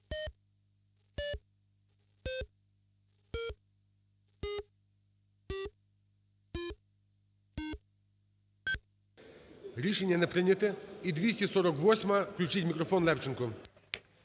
Рішення не прийнято. І 248-а. Включіть мікрофон Левченку.